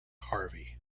harvey